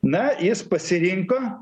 na jis pasirinko